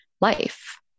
life